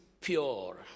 pure